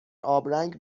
آبرنگ